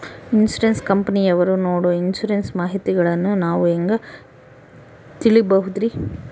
Insurance ಕಂಪನಿಯವರು ನೇಡೊ insurance ಮಾಹಿತಿಗಳನ್ನು ನಾವು ಹೆಂಗ ತಿಳಿಬಹುದ್ರಿ?